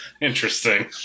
Interesting